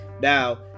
Now